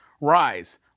Rise